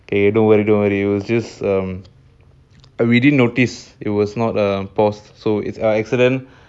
okay sorry sorry it was just um uh we didn't notice it wasn't on pause so it's err an accident